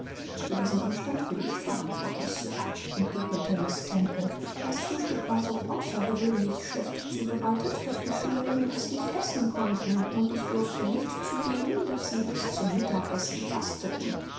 für diesen umstand bin ich verantwortlich sir entgegnete miß temple das frühstück war so außergewöhnlich schlecht zubereitet daß die schülerinnen es nicht essen konnten und ich durfte nicht zugeben daß sie bis zum mittagessen fasteten